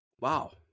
wow